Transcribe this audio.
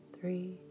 Three